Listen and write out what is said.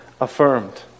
affirmed